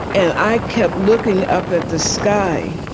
and i kept looking up at the sky,